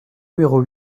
numéro